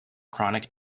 chronic